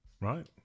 Right